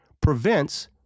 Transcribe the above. prevents